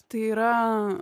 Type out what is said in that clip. tai yra